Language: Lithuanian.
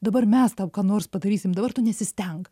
dabar mes tau ką nors padarysim dabar tu nesistenk